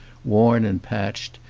worn and patched,